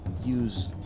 use